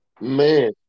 Man